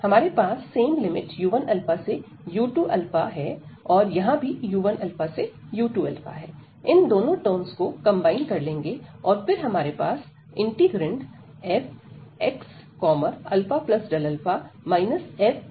हमारे पास same limit u1 से u2 है और यहां भी u1 से u2 हैं इन दोनों टर्म्स को कंबाइन कर लेंगे और फिर हमारे पास इंटीग्रैंड fxα माइनस fxα होगा